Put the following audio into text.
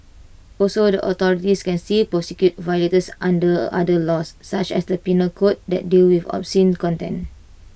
also the authorities can save prosecute violators under other laws such as the Penal code that deal with obscene content